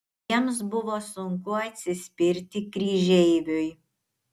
jiems buvo sunku atsispirti kryžeiviui